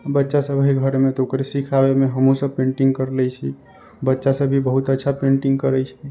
बच्चा सब है घर मे तऽ ओकरे सीखाबै मे हमहुँ सब पेटिंग कर लै छी बच्चा सब भी बहुत अच्छा पेंटिंग करै छै